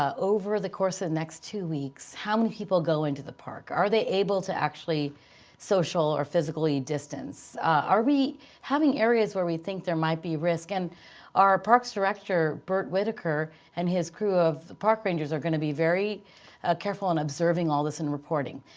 over the course of the next two weeks, how many people go into the park. are they able to actually social or physically distance? are we having areas where we think there might be risk? and our parks director, burt whitaker, and his crew of park rangers are going to be very careful in observing all this and reporting.